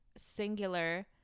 singular